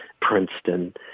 Princeton